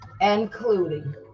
Including